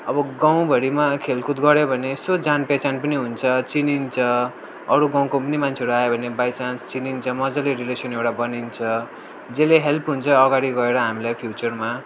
अब गाउँभरिमा खेलकुद गर्यो भने यसो जान पहचान पनि हुन्छ चिनिन्छ अरू गाउँको पनि मान्छेहरू आयो भने बाइचान्स चिनिन्छ मजाले रिलेसन एउटा बनिन्छ जसले हेल्प हुन्छ अगाडि गएर हामीलाई फ्युचरमा